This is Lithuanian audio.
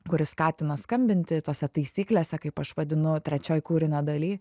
kuri skatina skambinti tose taisyklėse kaip aš vadinu trečioj kūrinio daly